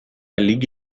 لیگ